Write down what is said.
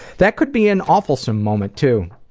that could be an awfulsome moment too.